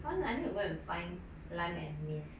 hmm I need to go and find lime and mint